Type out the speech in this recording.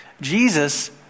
Jesus